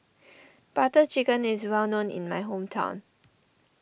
Butter Chicken is well known in my hometown